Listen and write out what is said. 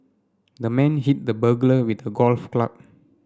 the man hit the burglar with a golf club